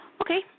Okay